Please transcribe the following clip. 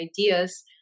ideas